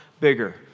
bigger